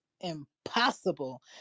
impossible